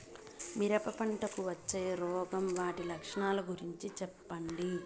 మిరప పంటకు వచ్చే రోగం వాటి లక్షణాలు గురించి చెప్పండి?